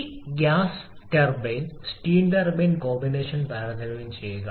ഈ gas turbine steam turbine combination താരതമ്യം ചെയ്യുക